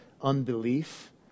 unbelief